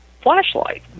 flashlight